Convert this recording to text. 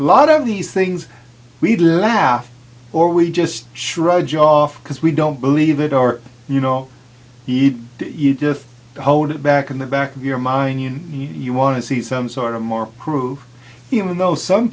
a lot of these things we did laugh or we just shrugged it off because we don't believe it or you know you just hold it back in the back of your mind you want to see some sort of more proof even though some